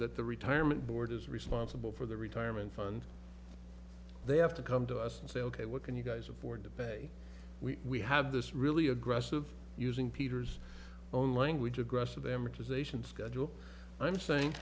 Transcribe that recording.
that the retirement board is responsible for their retirement fund they have to come to us and say ok what can you guys afford to pay we have this really aggressive using peter's own language aggressive amortization schedule i'm saying